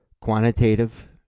quantitative